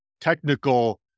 technical